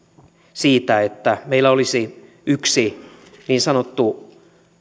siitä että meillä olisi yksi niin sanottu